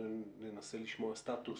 ננסה לשמוע סטטוס,